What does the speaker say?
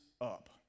up